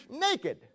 naked